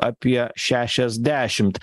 apie šešiasdešimt